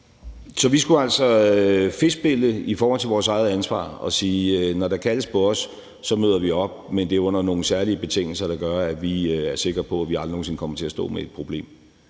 Så vi skulle altså fedtspille i forhold til vores eget ansvar og sige, at når der kaldes på os, så møder vi op, men det er under nogle særlige betingelser, der gør, at vi er sikre på, at vi aldrig nogen sinde kommer til at stå med et problem?